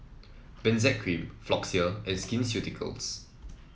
Benzac Cream Floxia and Skin Ceuticals